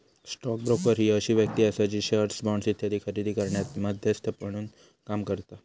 stock broker ही अशी व्यक्ती आसा जी शेअर्स, बॉण्ड्स इत्यादी खरेदी करण्यात मध्यस्थ म्हणून काम करता